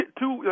two